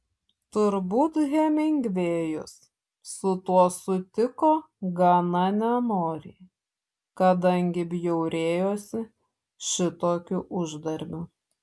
turbūt hemingvėjus su tuo sutiko gana nenoriai kadangi bjaurėjosi šitokiu uždarbiu